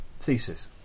thesis